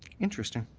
interesting.